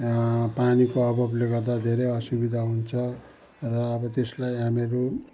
पानीको अभावले गर्दा धेरै असुविधा हुन्छ र अब त्यसलाई हामीहरू